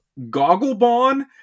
Gogglebon